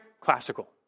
Classical